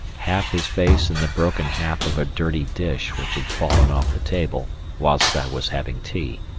half his face in the broken half of a dirty dish which had fallen off the table whilst i was having tea.